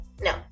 No